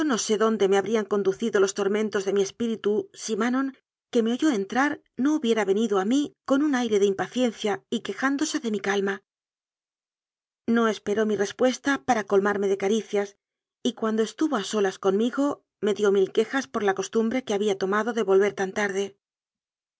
no sé dónde me habrían conducido los tor mentos de mi espíritu si manon que me oyó en trar no hubiera venido a mí con un aire de impa ciencia y quejándose de mi calma no esperó mi respuesta para colmarme de caricias y cuando es tuvo a solas conmigo me dió mil quejas por la costumbre que había tomado de volver tan tarde